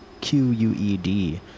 Q-U-E-D